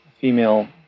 female